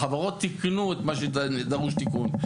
החברות תיקנו את מה שדרוש תיקון.